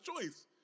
choice